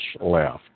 left